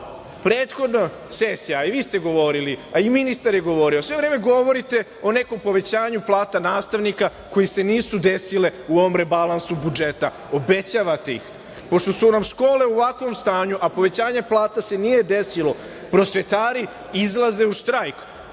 prethodna sesija, a i vi ste govorili, i ministar je govorio, sve vreme govorite o nekom povećanju plata nastavnika koje se nisu desile u ovom rebalansu budžeta, obećavate ih. Pošto su nam škole u ovakvom stanju, a povećanje plate se nije desilo, prosvetari izlaze u štrajk.